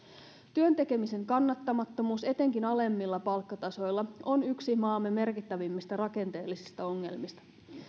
työn tekemisen kannattamattomuus etenkin alemmilla palkkatasoilla on yksi maamme merkittävimmistä rakenteellisista ongelmista